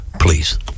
Please